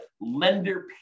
lender